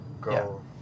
go